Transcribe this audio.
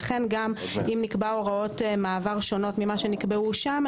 לכן גם אם נקבע הוראות מעבר שונות ממה שנקבעו שם,